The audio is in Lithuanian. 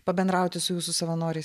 pabendrauti su jūsų savanoriais